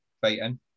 fighting